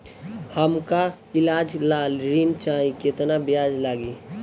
हमका ईलाज ला ऋण चाही केतना ब्याज लागी?